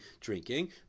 drinking